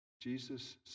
Jesus